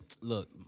Look